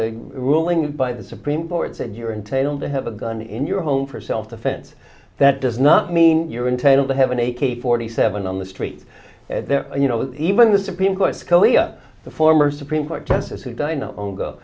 a ruling by the supreme court said you're entitled to have a gun in your home for self defense that does not mean you're entitled to have an a k forty seven on the street you know even the supreme court scalia the former supreme court justice who does not own go